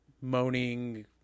moaning